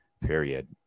period